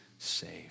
Saved